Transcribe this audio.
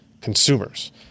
consumers